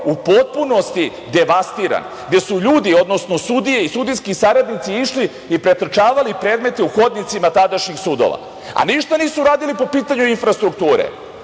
u potpunosti devastiran, gde su ljudi, odnosno sudije i sudijski saradnici išli i pretrčavali predmete u hodnicima tadašnjih sudova. Ništa nisu uradili po pitanju infrastrukture.